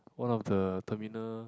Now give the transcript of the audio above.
one of the terminal